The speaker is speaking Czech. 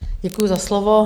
Děkuji za slovo.